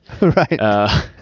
Right